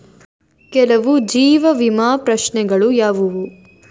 ಕೆಲವು ಜೀವ ವಿಮಾ ಪ್ರಶ್ನೆಗಳು ಯಾವುವು?